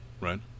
right